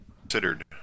...considered